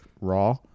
Raw